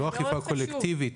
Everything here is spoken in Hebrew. לא אכיפה קולקטיבית.